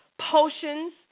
potions